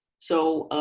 so